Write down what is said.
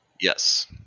Yes